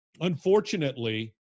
unfortunately